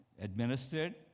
administered